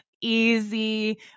easy